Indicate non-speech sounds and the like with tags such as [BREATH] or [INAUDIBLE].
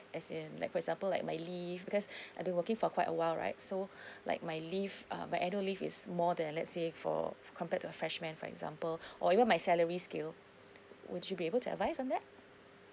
as in like for example like my leave because [BREATH] I've been working for quite a while right so [BREATH] like my leave um my annual leave is more than let's say for compared to a freshman for example [BREATH] or even my salary scale would you be able to advise on that